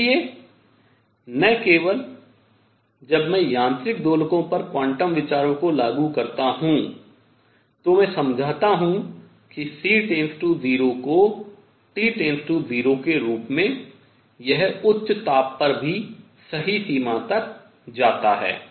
इसलिए न केवल जब मैं यांत्रिक दोलकों पर क्वांटम विचारों को लागू करता हूँ तो मैं समझाता हूँ कि C → 0 को T → 0 के रूप में यह उच्च ताप पर भी सही सीमा तक जाता है